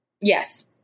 Yes